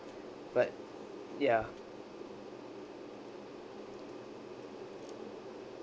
but ya